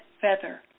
feather